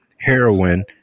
heroin